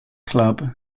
club